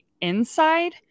inside